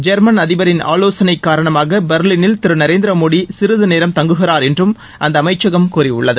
German அதிபரின் ஆலோசனை காரணமாக பொ்லிளில் திரு நரேந்திரமோடி சிறிதுநேரம் தங்குகிறாா் என்றும் அந்த அமைச்சகம் கூறியுள்ளது